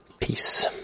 peace